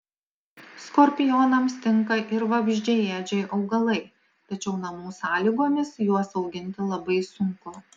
skorpionams tinka ir vabzdžiaėdžiai augalai tačiau namų sąlygomis juos auginti labai sunku